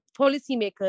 policymakers